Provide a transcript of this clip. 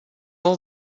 all